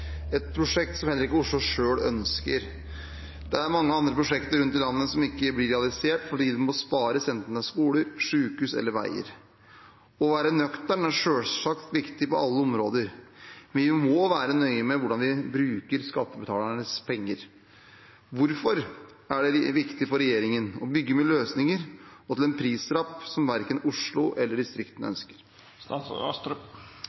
et prosjekt som heller ikke Oslo selv ønsker. Det er mange andre prosjekter rundt i landet som ikke blir realisert fordi det må spares, enten det er skoler, sykehus eller veier. Å være nøktern er sjølsagt viktig på alle områder. Vi må være nøye med hvordan skattebetalernes penger blir brukt. Hvorfor er det viktig for regjeringen å bygge med løsninger og til en prislapp som verken Oslo eller distriktene